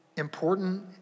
important